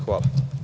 Hvala.